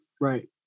Right